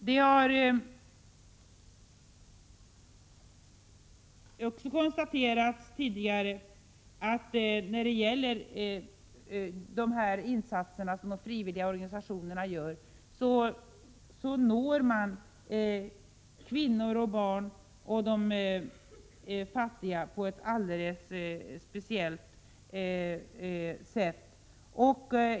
Det har också konstaterats tidigare att de insatser som de frivilliga organisationerna gör når kvinnor och barn och de fattiga på ett alldeles speciellt sätt.